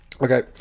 Okay